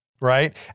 right